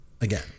Again